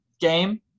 game